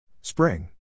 Spring